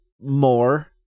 more